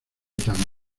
tan